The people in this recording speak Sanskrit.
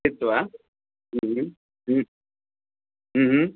स्थित्वा